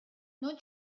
non